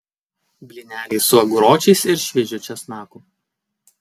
blyneliai su aguročiais ir šviežiu česnaku